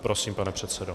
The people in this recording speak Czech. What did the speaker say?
Prosím, pane předsedo.